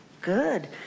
Good